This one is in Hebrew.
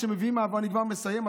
אני כבר מסיים,